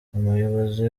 ubuyobozi